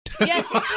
Yes